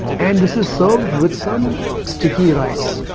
and this is served with some sticky rice.